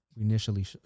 initially